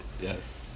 Yes